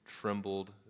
trembled